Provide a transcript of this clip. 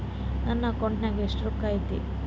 ನನ್ನ ಅಕೌಂಟ್ ನಾಗ ಎಷ್ಟು ರೊಕ್ಕ ಐತಿ?